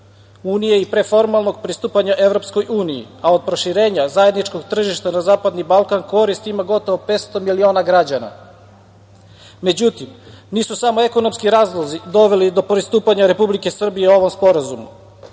unije i pre formalnog pristupanja EU, a od proširenja zajedničkog tržišta zapadni Balkan korist ima gotovo 500 miliona građana. Međutim, nisu samo ekonomski razlozi doveli do pristupanja Republike Srbije ovom sporazumu. Jednako